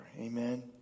Amen